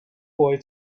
boy